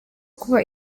kuba